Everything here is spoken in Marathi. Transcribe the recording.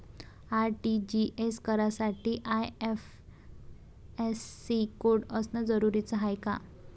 आर.टी.जी.एस करासाठी आय.एफ.एस.सी कोड असनं जरुरीच हाय का?